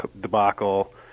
debacle